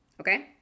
Okay